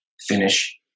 finish